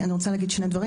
אני רוצה להגיד שני דברים.